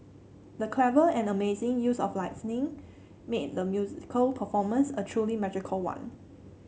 the clever and amazing use of lighting made the musical performance a truly magical one